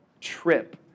trip